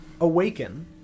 awaken